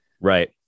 Right